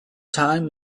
time